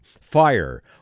fire